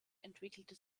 entwickelte